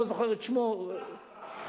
אני לא זוכר את שמו.